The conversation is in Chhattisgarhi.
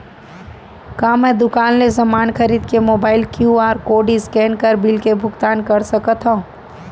का मैं दुकान ले समान खरीद के मोबाइल क्यू.आर कोड स्कैन कर बिल के भुगतान कर सकथव?